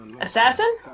Assassin